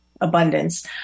abundance